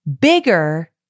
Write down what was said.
bigger